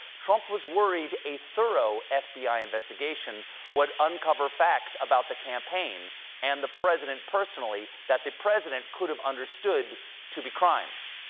trump was worried a thorough f b i. investigation would uncover facts about the campaign and the president personally that the president could have understood to be crimes.